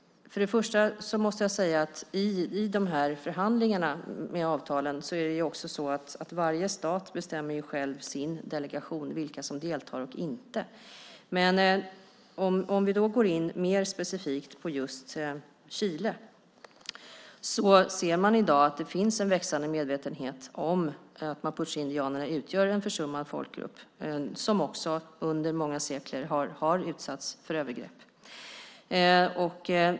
I de här förhandlingarna om avtalen bestämmer varje stat vilka som deltar och inte deltar i deras delegation. Låt oss gå in mer specifikt på Chile. I dag finns det en växande medvetenhet om att mapucheindianerna utgör en försummad folkgrupp som också under många sekler har utsatts för övergrepp.